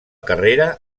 carrera